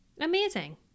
Amazing